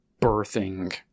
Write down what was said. birthing